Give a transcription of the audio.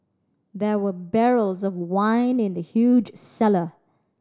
there were barrels of wine in the huge cellar